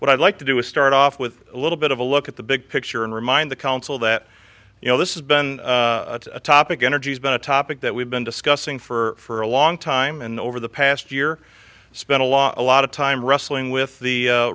what i'd like to do is start off with a little bit of a look at the big picture and remind the council that you know this has been a topic energy has been a topic that we've been discussing for a long time and over the past year spent a lot a lot of time wrestling with the